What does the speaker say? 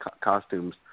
costumes